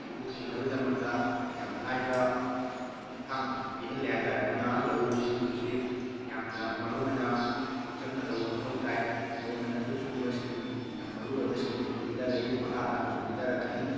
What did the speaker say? ꯑꯁꯤꯕꯨ ꯍꯤꯡꯅꯕꯒꯤꯗꯃꯛꯇ ꯌꯥꯝ ꯂꯥꯏꯕ ꯈꯣꯡꯊꯥꯡ ꯄꯤꯍꯜꯂꯦ ꯍꯥꯏꯇꯥꯔꯦ ꯑꯗꯨꯅ ꯂꯧꯎ ꯁꯤꯡꯎꯕꯁꯤ ꯌꯥꯝꯅ ꯃꯔꯨꯑꯣꯏꯅ ꯍꯛꯆꯤꯟꯅ ꯂꯧꯕ ꯃꯊꯧ ꯇꯥꯏ ꯒꯣꯃꯦꯟꯅꯁꯨ ꯁꯤꯒꯨꯝꯕ ꯁ꯭ꯀꯤꯝ ꯌꯥꯝ ꯃꯔꯨꯑꯣꯏꯕ ꯁ꯭ꯀꯤꯝꯁꯤꯡ ꯄꯤꯊꯔꯛꯏ ꯃꯈꯥꯇꯥꯅꯁꯨ ꯄꯤꯊꯔꯛꯀꯅꯤ